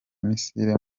misile